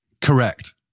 Correct